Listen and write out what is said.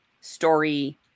story